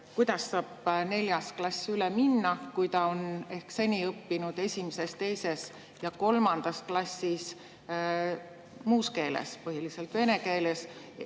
kuidas saab neljas klass üle minna, kui ta on seni õppinud esimeses, teises ja kolmandas klassis muus keeles, põhiliselt vene keeles,